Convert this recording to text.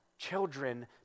children